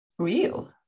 real